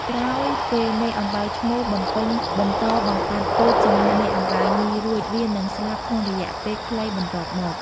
ក្រោយពេលមេអំបៅឈ្មោលបំពេញបន្តបង្កាត់ពូជជាមួយមេអំបៅញីរួច វានឹងស្លាប់ក្នុងរយៈពេលខ្លីបន្ទាប់មក។